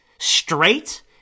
straight